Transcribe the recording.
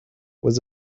was